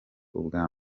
ubwa